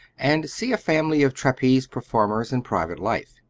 and see a family of trapeze performers in private life.